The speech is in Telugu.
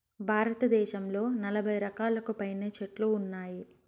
భారతదేశంలో నలబై రకాలకు పైనే చెట్లు ఉన్నాయి